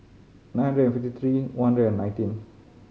nine hundred and fifty three one hundred and nineteen